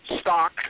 Stock